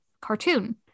cartoon